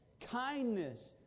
kindness